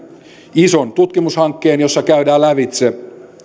ison tutkimushankkeen jossa käydään lävitse